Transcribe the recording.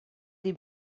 des